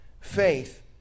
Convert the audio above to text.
faith